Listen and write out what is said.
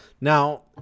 Now